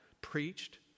preached